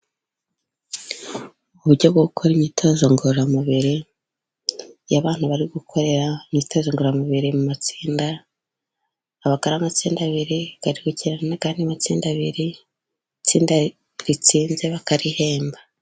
Uburyo bwo gukora imyitozo ngororamubiri, iyo abantu bari gukorera imyitozo ngororamubiri mu matsinda, bakora amatsinda abiri ari gukina n'andi matsinda abiri, ari gukina n'andi matsinda abiri, itsinda ritsinze bakarihemba.